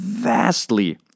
vastly